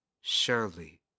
surely